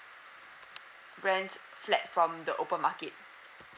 rent flat from the open market